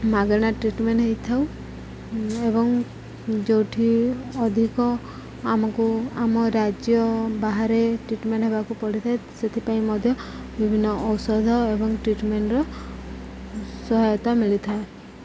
ମାଗେଣା ଟ୍ରିଟ୍ମେଣ୍ଟ୍ ହେଇଥାଉ ଏବଂ ଯେଉଁଠି ଅଧିକ ଆମକୁ ଆମ ରାଜ୍ୟ ବାହାରେ ଟ୍ରିଟ୍ମେଣ୍ଟ୍ ହେବାକୁ ପଡ଼ିଥାଏ ସେଥିପାଇଁ ମଧ୍ୟ ବିଭିନ୍ନ ଔଷଧ ଏବଂ ଟ୍ରିଟ୍ମେଣ୍ଟ୍ର ସହାୟତା ମିଳିଥାଏ